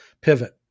Pivot